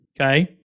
Okay